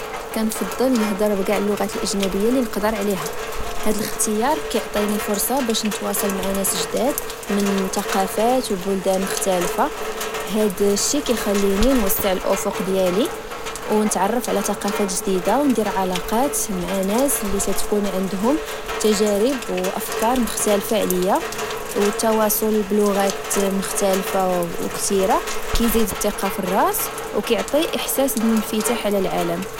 كنفضل نهضر بچاع اللغات الأجنبية اللي نقدر عليها، هاد الاختيار كيعطيني فرصة باش نتواصل مع ناس جداد من تقافات وبلدان مختلفة، هاد الشي كيخليني نوسع الأفق ديالي، ونتعرف على تقافات جديدة، وندير علاقات مع ناس لتتكون عندهم تجارب وأفكار مختلفة عليا. والتواصل بلغات مختلفة، وكتيرة كيزيدن التقة فالراس وكيعطي إحساس بالانفتاح على العالم.